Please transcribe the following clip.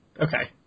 Okay